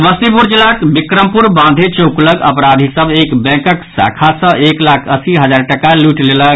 समस्तीपुर जिलाक बिक्रमपुर बांधे चौक लऽग अपराधी सभ एक बैंकक शाखा सँ एक लाख अस्सी हजार टाका लूटि लेलक